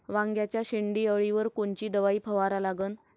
वांग्याच्या शेंडी अळीवर कोनची दवाई फवारा लागन?